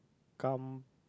kam